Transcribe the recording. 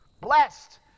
Blessed